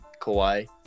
Kawhi